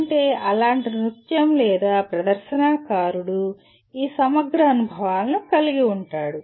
అలాంటి నృత్యం లేదా ప్రదర్శన కళాకారుడు ఈ సమగ్ర అనుభవాలను కలిగి ఉంటారు